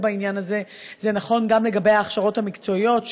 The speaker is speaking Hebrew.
בעניין הזה זה נכון גם לגבי ההכשרות המקצועיות,